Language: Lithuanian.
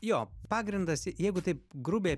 jo pagrindas jeigu taip grubiai